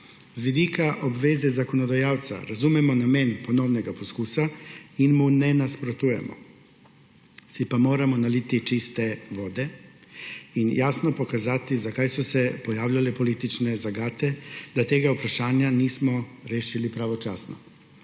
Z vidika obveze zakonodajalca razumemo namen ponovnega poskusa in mu ne nasprotujemo, si pa moramo naliti čiste vode in jasno pokazati, zakaj so se pojavljale politične zagate, da tega vprašanja nismo rešili pravočasno.